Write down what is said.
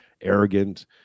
arrogant